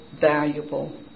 valuable